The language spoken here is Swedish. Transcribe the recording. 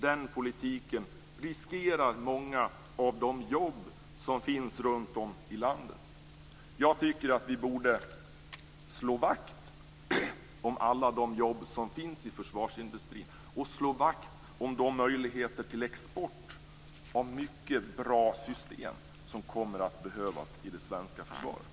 Den politiken riskerar många av de jobb som finns runtom i landet. Vi borde slå vakt om alla de jobb som finns i försvarsindustrin och de möjligheter till export av mycket bra system som kommer att behövas i det svenska försvaret.